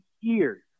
years